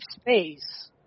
space